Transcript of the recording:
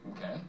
okay